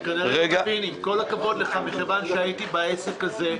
עם כל הכבוד לך, מכיוון שהייתי מעורב בעסק הזה: